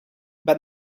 but